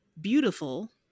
beautiful